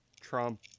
Trump